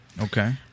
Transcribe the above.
okay